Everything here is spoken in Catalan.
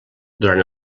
durant